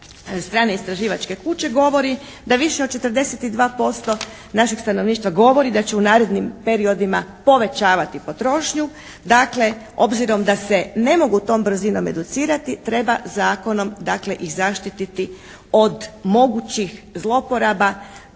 strane istraživačke kuće govori da više od 42% našeg stanovništva govori da će u narednim periodima povećavati potrošnju. Dakle, obzirom da se ne mogu tom brzinom educirati treba zakonom dakle i zaštiti od mogućih zlouporaba